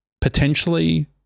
potentially